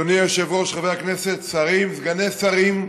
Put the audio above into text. אדוני היושב-ראש, חברי הכנסת, שרים, סגני שרים,